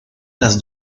las